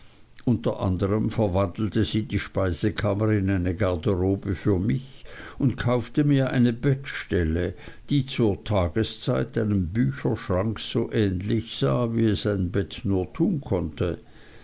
unter anderm verwandelte sie die speisekammer in eine garderobe für mich und kaufte mir eine bettstelle die zur tageszeit einem bücherschrank so ähnlich sah wie es ein bett nur konnte